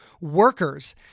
workers